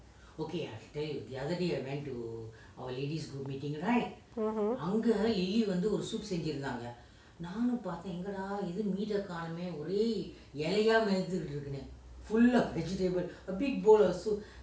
mmhmm